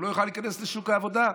הוא לא יוכל להיכנס לשוק העבודה,